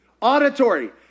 Auditory